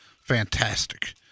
fantastic